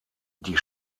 die